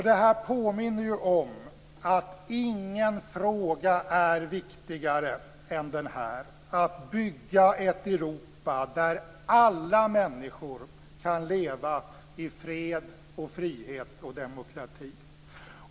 Det här påminner om att ingen fråga är viktigare än den att bygga ett Europa där alla människor kan leva i fred och frihet och demokrati.